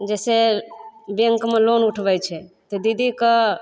जैसे बैंकमे लोन उठबय छै तऽ दीदीके